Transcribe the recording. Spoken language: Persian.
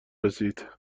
رسید